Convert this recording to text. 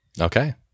Okay